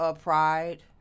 pride